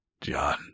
John